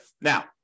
Now